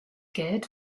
geld